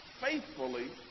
faithfully